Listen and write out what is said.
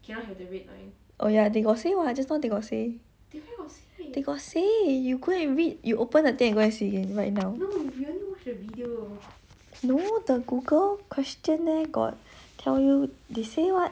oh ya they got say [what] just now they got say they got say you go and read you open the thing and go and see again right now no the google questionnaire got tell you they say what